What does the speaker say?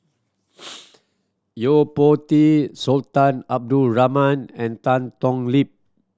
Yo Po Tee Sultan Abdul Rahman and Tan Thoon Lip